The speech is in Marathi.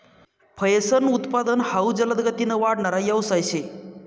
फयेसनं उत्पादन हाउ जलदगतीकन वाढणारा यवसाय शे